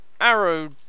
arrow